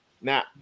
now